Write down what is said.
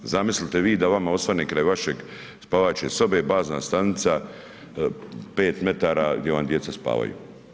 Zamislite vi da vama osvane kraj vaše spavaće sobe bazna stanica 5m gdje vam djeca spavaju.